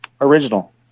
original